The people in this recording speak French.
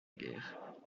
guerre